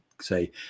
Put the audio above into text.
say